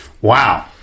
wow